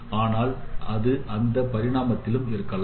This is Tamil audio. ஆனால் அது எந்த பரிமாணத்திலும் இருக்கலாம்